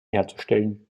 herzustellen